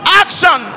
action